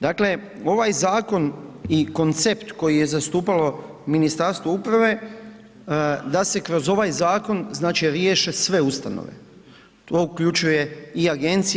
Dakle, ovaj zakon i koncept koji je zastupalo Ministarstvo uprave da se kroz ovaj zakon znači riješe sve ustanove, to uključuje i agencije.